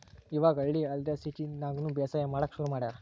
ಇವಾಗ್ ಹಳ್ಳಿ ಅಲ್ದೆ ಸಿಟಿದಾಗ್ನು ಬೇಸಾಯ್ ಮಾಡಕ್ಕ್ ಶುರು ಮಾಡ್ಯಾರ್